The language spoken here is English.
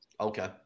Okay